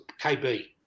KB